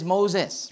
Moses